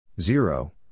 Zero